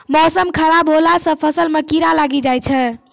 मौसम खराब हौला से फ़सल मे कीड़ा लागी जाय छै?